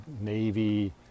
Navy